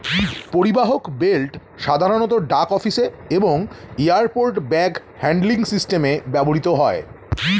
পরিবাহক বেল্ট সাধারণত ডাক অফিসে এবং এয়ারপোর্ট ব্যাগ হ্যান্ডলিং সিস্টেমে ব্যবহৃত হয়